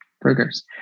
Burgers